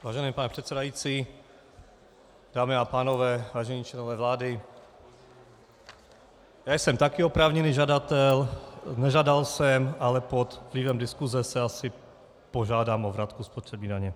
Vážený pane předsedající, dámy a pánové, vážení členové vlády, já jsem také oprávněný žadatel, nežádal jsem, ale pod vlivem diskuse asi požádám o vratku spotřební daně.